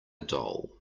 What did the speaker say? doll